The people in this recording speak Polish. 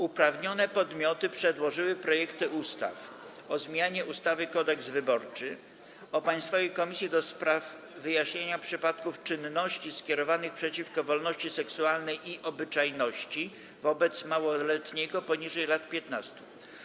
Uprawnione podmioty przedłożyły projekty ustaw: - o zmianie ustawy Kodeks wyborczy, - o Państwowej Komisji do spraw wyjaśniania przypadków czynności skierowanych przeciwko wolności seksualnej i obyczajności, wobec małoletniego poniżej lat 15.